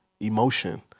emotion